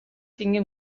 tingui